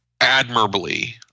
admirably –